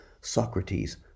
Socrates